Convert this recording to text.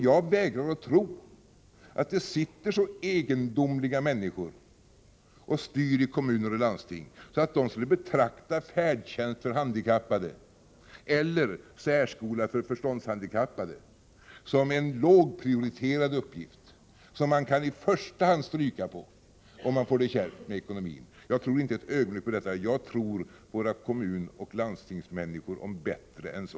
Jag vägrar att tro att det sitter så egendomliga människor och styr i kommuner och landsting att de skulle betrakta färdtjänst för handikappade eller särskola för förståndshandikappade som en lågprioriterad uppgift, som man i första hand kan stryka om man får det kärvt med ekonomin. Jag tror inte ett ögonblick på det. Jag tror våra kommunoch landstingsmänniskor om bättre än så.